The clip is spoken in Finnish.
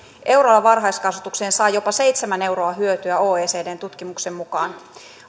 eurolla varhaiskasvatukseen saa jopa seitsemän euroa hyötyä oecdn tutkimuksen mukaan